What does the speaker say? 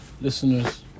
listeners